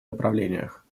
направлениях